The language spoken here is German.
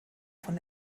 von